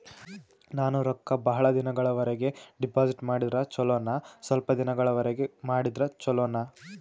ನಾನು ರೊಕ್ಕ ಬಹಳ ದಿನಗಳವರೆಗೆ ಡಿಪಾಜಿಟ್ ಮಾಡಿದ್ರ ಚೊಲೋನ ಸ್ವಲ್ಪ ದಿನಗಳವರೆಗೆ ಮಾಡಿದ್ರಾ ಚೊಲೋನ?